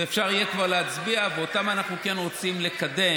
כבר אפשר יהיה להצביע, ואותם אנחנו כן רוצים לקדם,